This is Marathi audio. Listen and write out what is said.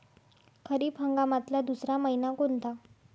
खरीप हंगामातला दुसरा मइना कोनता?